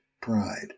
pride